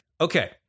Okay